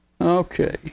Okay